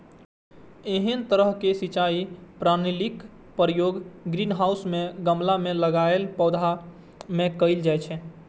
एहन तरहक सिंचाई प्रणालीक प्रयोग ग्रीनहाउस मे गमला मे लगाएल पौधा मे कैल जाइ छै